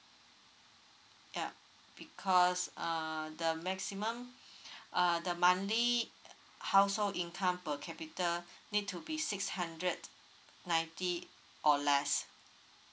ya because err the maximum uh the monthly uh household income per capita need to be six hundred ninety or less